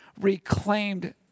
reclaimed